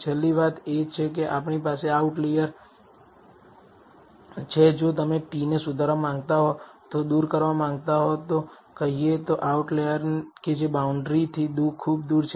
છેલ્લી વાત એ છે કે આપણી પાસે આ આઉટલાયર છે જો તમે t ને સુધારવા માંગતા હોવ તમે દૂર કરવા માંગતા હોવ તો કહીએ તો આઉટલાયર કે જે બાઉન્ડ્રી થી ખૂબ દૂર છે